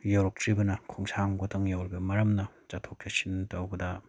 ꯌꯧꯔꯛꯇ꯭ꯔꯤꯕꯅ ꯈꯣꯡꯁꯥꯡ ꯐꯥꯎꯗꯪ ꯌꯧꯔꯤꯕ ꯃꯔꯝꯅ ꯆꯠꯊꯣꯛ ꯆꯠꯁꯤꯟ ꯇꯧꯕꯗ